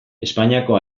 espainiako